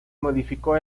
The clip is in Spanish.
modificó